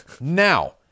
Now